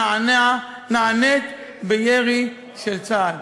נענה בירי של צה"ל.